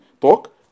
talk